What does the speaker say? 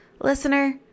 listener